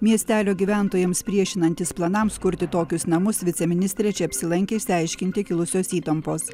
miestelio gyventojams priešinantis planams kurti tokius namus viceministrė čia apsilankė išsiaiškinti kilusios įtampos